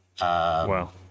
Wow